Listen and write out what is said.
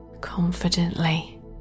confidently